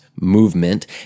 movement